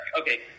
okay